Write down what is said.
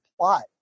plot